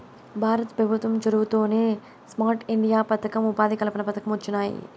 భారత పెభుత్వం చొరవతోనే స్మార్ట్ ఇండియా పదకం, ఉపాధి కల్పన పథకం వొచ్చినాయి